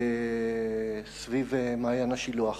סביב מעיין השילוח.